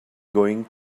going